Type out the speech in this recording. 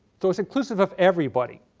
so its inclusive of everybody.